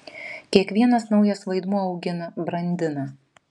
kiekvienas naujas vaidmuo augina brandina